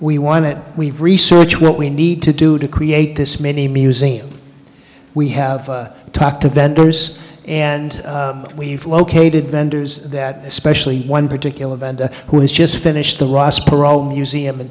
we want it we've research what we need to do to create this many museums we have talked to vendors and we've located vendors that especially one particular vendor who has just finished the ross perot museum in